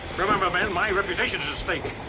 remember, men, my reputation is at stake.